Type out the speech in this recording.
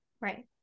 Right